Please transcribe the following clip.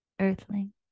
earthling